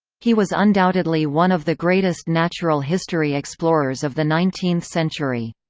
he was undoubtedly one of the greatest natural history explorers of the nineteenth century.